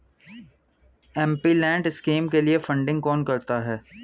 MPLAD scheme के लिए funding कौन करता है?